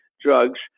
drugs